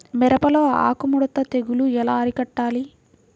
మిరపలో ఆకు ముడత తెగులు ఎలా అరికట్టాలి?